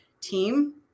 team